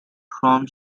from